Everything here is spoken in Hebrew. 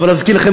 אבל להזכיר לכם,